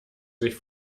sich